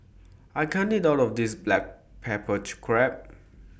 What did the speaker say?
I can't eat All of This Black Pepper Crab